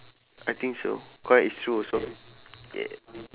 I think so correct it's true also yeah